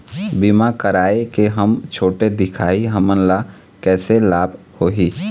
बीमा कराए के हम छोटे दिखाही हमन ला कैसे लाभ होही?